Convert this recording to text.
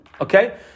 okay